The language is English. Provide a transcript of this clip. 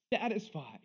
satisfy